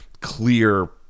clear